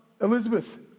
Elizabeth